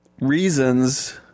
reasons